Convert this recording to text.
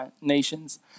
nations